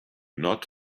not